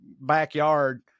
backyard